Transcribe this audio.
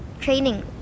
training